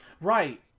right